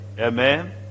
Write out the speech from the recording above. Amen